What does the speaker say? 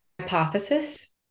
hypothesis